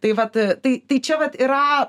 tai vat tai tai čia vat yra